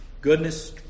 goodness